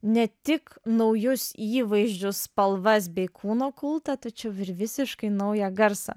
ne tik naujus įvaizdžius spalvas bei kūno kultą tačiau ir visiškai naują garsą